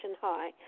high